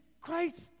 Christ